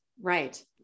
Right